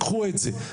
קחו את זה.